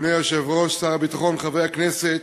אדוני היושב-ראש, שר הביטחון, חברי הכנסת,